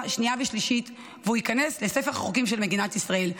שנייה ושלישית והוא ייכנס לספר החוקים של מדינת ישראל.